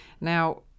Now